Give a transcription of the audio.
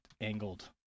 angled